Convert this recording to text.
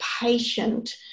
patient